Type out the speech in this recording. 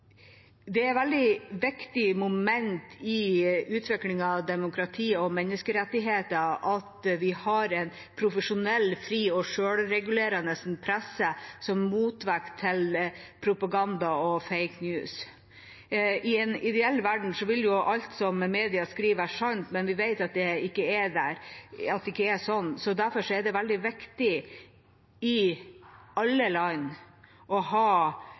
Det er et veldig viktig moment i utviklingen av demokrati og menneskerettigheter at vi har en profesjonell, fri og selvregulerende presse som motvekt til propaganda og fake news. I en ideell verden ville jo alt som media skriver, være sant, men vi vet at det ikke er slik. Derfor er det veldig viktig i alle land å ha